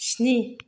स्नि